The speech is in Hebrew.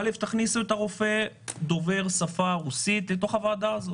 להכניס רופא דובר השפה הרוסית לתוך הוועדה הזו.